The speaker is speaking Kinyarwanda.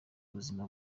ubuzima